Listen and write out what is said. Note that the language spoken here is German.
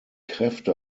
kräfte